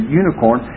unicorn